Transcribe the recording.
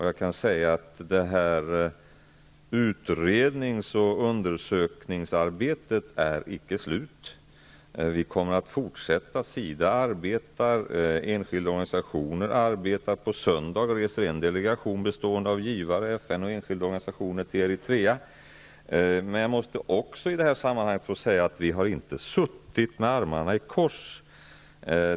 Jag kan säga att utrednings och undersökningsarbetet är icke slut -- vi kommer att fortsätta. SIDA arbetar och enskilda organisationer arbetar. På söndag reser en delegation, bestående av representanter för givare, FN och enskilda organisationer till Eritrea. Men jag måste också i sammanhanget få säga att vi har inte suttit med armarna i kors.